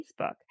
Facebook